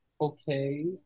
Okay